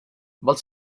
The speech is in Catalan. vols